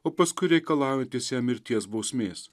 o paskui reikalaujantys jam mirties bausmės